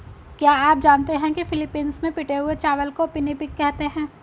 क्या आप जानते हैं कि फिलीपींस में पिटे हुए चावल को पिनिपिग कहते हैं